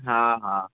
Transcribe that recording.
हा हा